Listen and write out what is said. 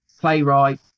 playwright